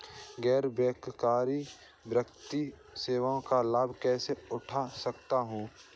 गैर बैंककारी वित्तीय सेवाओं का लाभ कैसे उठा सकता हूँ?